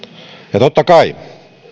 ja totta kai